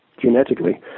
genetically